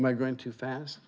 my going too fast